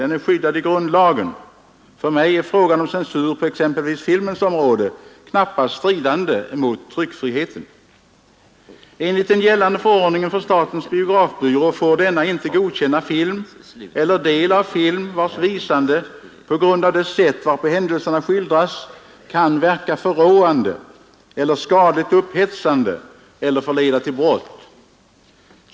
Den är skyddad i grundlagen. För mig är frågan om censur på exempelvis Nr 62 filmens område knappast stridande mot tryckfriheten. Torsdagen den Enligt förordningen för statens biografbyrå får denna inte godkänna 20 april 1972 film eller del av film, vars visande på grund av det sätt varpå händelserna ———- skildras kan verka förråande eller skadligt upphetsande eller förleda till Avskaffande av filmbrott.